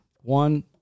One